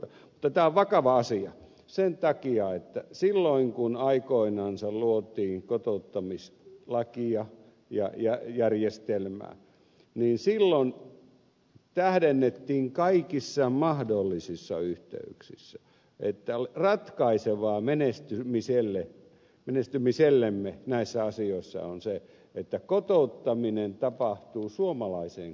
mutta tämä on vakava asia sen takia että kun aikoinansa luotiin kotouttamislakia ja järjestelmää niin silloin tähdennettiin kaikissa mahdollisissa yhteyksissä että ratkaisevaa menestymisellemme näissä asioissa on se että kotouttaminen tapahtuu suomalaiseen kulttuuriin